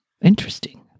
Interesting